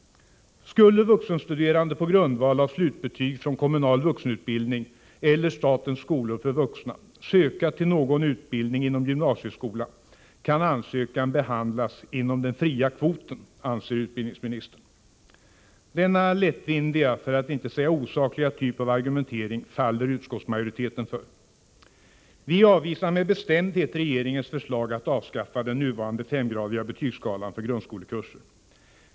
Skulle vuxenstuderanden på grundval av slutbetyg från kommunal vuxenutbildning eller statens skolor för vuxna söka sig till någon utbildning inom gymnasieskolan, kan ansökan behandlas inom den fria kvoten, anser utbildningsministern. Denna lättvindiga, för att inte säga osakliga, typ av argumentering faller utskottsmajoriteten för. Vi avvisar med bestämdhet regeringens förslag att avskaffa den nuvarande femgradiga betygsskalan för grundskolekurser.